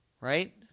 right